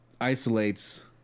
isolates